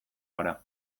gara